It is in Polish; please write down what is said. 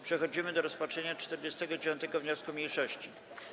Przechodzimy do rozpatrzenia 49. wniosku mniejszości.